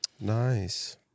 nice